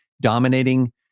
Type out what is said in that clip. dominating